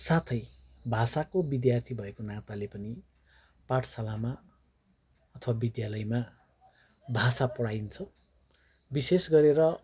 साथै भाषाको विद्यार्थी भएको नाताले पनि पाठशालामा अथवा विद्यालयमा भाषा पढाइन्छ विशेष गरेर